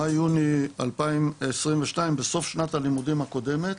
במאי-יוני 2022 בסוף שנת הלימודים הקודמת,